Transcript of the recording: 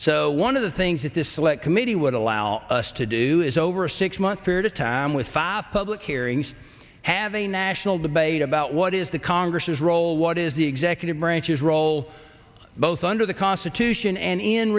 so one of the things that this select committee would allow us to do is over a six month period of time with five public hearings have a national debate about what is the congress's role what is the executive branch's role both under the constitution and in